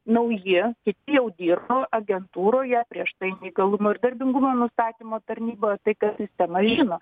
nauji kiti jau dirbo agentūroje prieš tai neįgalumo ir darbingumo nustatymo tarnyboje tai tas sistemas žino